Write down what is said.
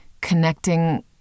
connecting